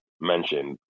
mentioned